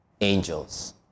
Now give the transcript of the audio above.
angels